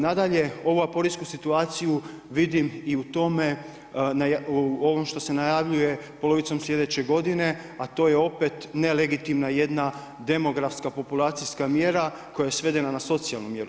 Nadalje ovu aporijsku situaciju vidim i u tome ovom što se najavljuje polovice sljedeće godine, a to je opet nelegitimna jedna demografska populacijska mjera koja je svedena na socijalnu mjeru.